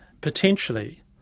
Potentially